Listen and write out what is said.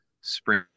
Spring